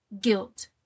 Guilt